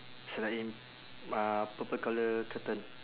it's like in uh purple colour curtain